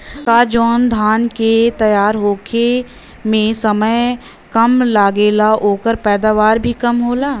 का जवन धान के तैयार होखे में समय कम लागेला ओकर पैदवार भी कम होला?